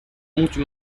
mucho